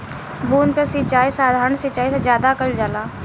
बूंद क सिचाई साधारण सिचाई से ज्यादा कईल जाला